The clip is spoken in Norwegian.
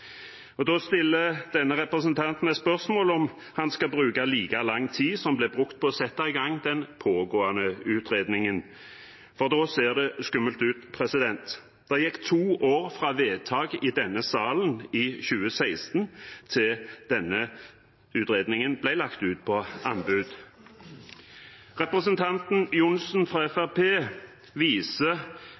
Da vil denne representanten stille spørsmål om han skal bruke like lang tid som man brukte på å sette i gang den pågående utredning, for da ser det skummelt ut. Det gikk to år fra vedtaket ble fattet i denne salen i 2016 til denne utredningen ble lagt ut på anbud. Representanten Tor André Johnsen fra